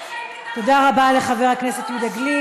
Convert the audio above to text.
תודה רבה לחבר הכנסת יהודה גליק.